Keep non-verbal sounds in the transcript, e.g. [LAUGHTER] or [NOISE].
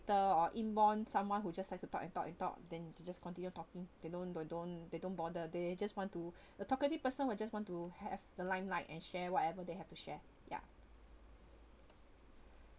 the or inborn someone who just likes to talk and talk and talk then they can just continue talking they don't they don't they don't bother they just want to [BREATH] a talkative person [BREATH] who just want to have the limelight and share whatever they have to share ya